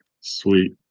Sweet